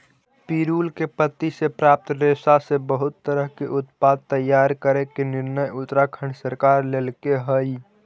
पिरुल के पत्ति से प्राप्त रेशा से बहुत तरह के उत्पाद तैयार करे के निर्णय उत्तराखण्ड सरकार लेल्के हई